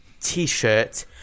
t-shirt